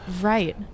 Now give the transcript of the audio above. Right